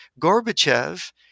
gorbachev